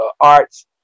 arts